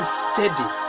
steady